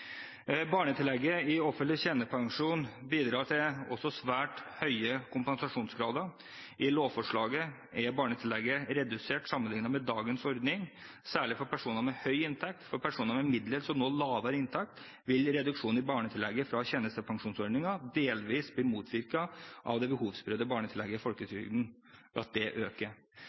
Barnetillegget i offentlig tjenestepensjon bidrar også til svært høye kompensasjonsgrader. I lovforslaget er barnetillegget redusert sammenlignet med dagens ordning, særlig for personer med høy inntekt. For personer med middels og noe lavere inntekt vil reduksjon i barnetillegget fra tjenestepensjonsordningen delvis bli motvirket ved at det behovsprøvde barnetillegget i folketrygden øker. Dermed er det